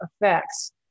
effects